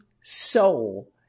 soul